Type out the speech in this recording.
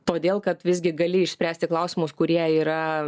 todėl kad visgi gali išspręsti klausimus kurie yra